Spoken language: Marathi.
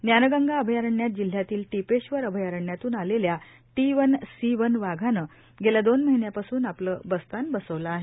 ज्ञानगंगा अभयारण्यात जिल्ह्यातील टीपेश्वर अभयारण्यातून आलेल्या टी वन सी वन वाघाने गेल्या दोन महिन्यापासून आपले बस्तान बसवले आहे